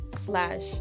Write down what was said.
slash